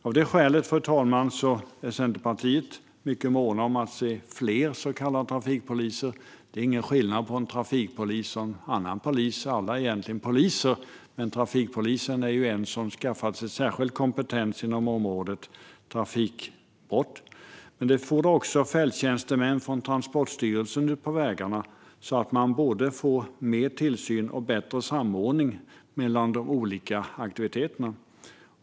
Av det skälet är vi i Centerpartiet mycket måna om att se fler så kallade trafikpoliser. Det är ingen skillnad mellan trafikpoliser och andra poliser, men en trafikpolis har skaffat sig särskild kompetens inom området trafikbrott. Det fordras dock också fälttjänstemän från Transportstyrelsen ute på vägarna, så att man får både mer tillsyn och bättre samordning mellan de olika aktiviteterna.